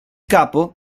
capo